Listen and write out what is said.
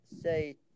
say